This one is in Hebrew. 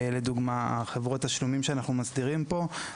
חברות תשלומים שאנחנו מסדירים כאן,